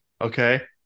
Okay